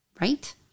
right